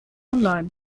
online